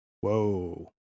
Whoa